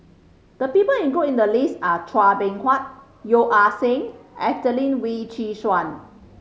the people included in the list are Chua Beng Huat Yeo Ah Seng Adelene Wee Chin Suan